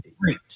great